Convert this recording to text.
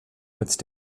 mit